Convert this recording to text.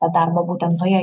tą darbą būtent toje